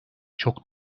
çok